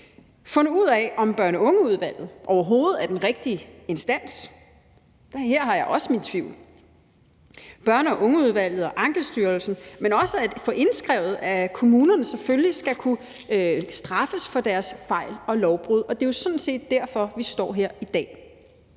fundet ud af, om børn og unge-udvalget overhovedet er den rigtige instans. Her har jeg også mine tvivl. Man skulle også have fået indskrevet, at kommunerne selvfølgelig skal kunne straffes for deres fejl og lovbrud, og det er jo sådan set derfor, vi står her i dag.